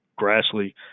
Grassley